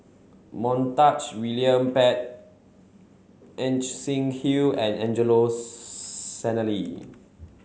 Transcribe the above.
Montague William Pett Ajit Singh Hill and Angelo Sanelli